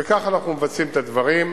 וכך אנחנו מבצעים את הדברים,